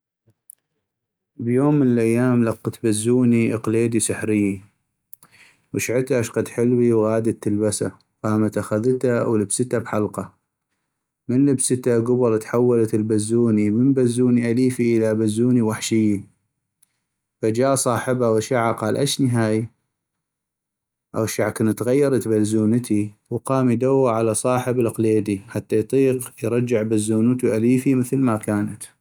بيوم من الايام لقت بزوني اقليدي سحريي ، غشعتا اشقد حلوي وغادت تلبسه ، قامت أخذته ولبسته بحلقا ، من لبسته كبل تحولت البزوني من بزوني اليفي إلى بزوني وحشيي ، ف جا صاحبه غشعا قال اشني هاي اغشع كن تغيرت بزونتي ، وقام يدوغ على صاحب القليدي حتى يطيق يرجع بزونتو اليفي مثل ما كانت.